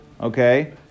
Okay